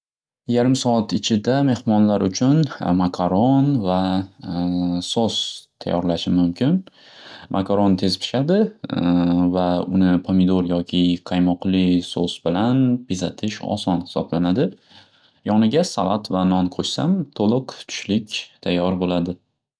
Yarim soat ichida mehmonlar uchun makaron va so's tayyorlashim mumkin. Makaron tez pishadi va uni pomidor yoki qaymoqli so's bilan bezatish oson hisoblanadi. Yoniga salat va non qo'shsam to'liq tushlik tayyor bo'ladi.